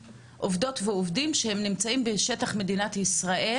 ועובדים שהם נמצאים בשטח מדינת ישראל